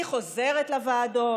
היא חוזרת לוועדות.